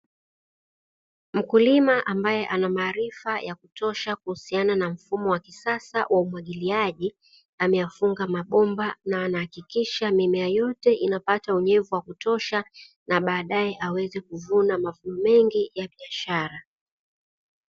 Mkulima ambaye ana maarifa ya kutosha kuhusiana na mfumo wa kisasa wa umwagiliaji, ameyafunga mabomba na anahakikisha mimea yote inapata unyevu wakutosha, na baadae aweze kuvuna mazao mengi ya biashara.